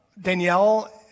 Danielle